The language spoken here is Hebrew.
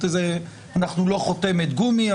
אנחנו לא חותמת גומי,